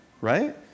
Right